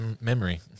memory